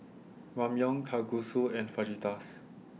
Ramyeon Kalguksu and Fajitas